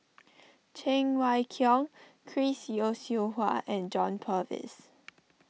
Cheng Wai Keung Chris Yeo Siew Hua and John Purvis